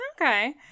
okay